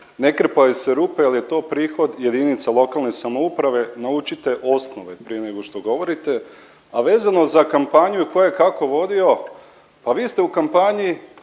ne krpaju se rupe jel je to prihod jedinica lokalne samouprave. Naučite osnove prije nego što govorite. A vezano za kampanju i ko je kako vodio, pa vi ste u kampanji